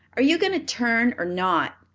are you going to turn or not?